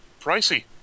pricey